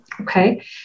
Okay